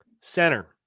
Center